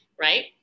right